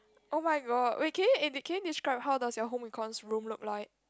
oh-my-god wait can you can you describe how does your home-econs room look like